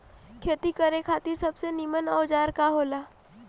खेती करे खातिर सबसे नीमन औजार का हो ला?